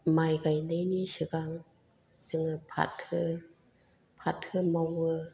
माइ गायनायनि सिगां जोङो फाथो फाथो मावो